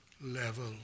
level